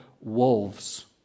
wolves